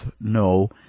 No